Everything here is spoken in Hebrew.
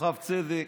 בכוכב צדק.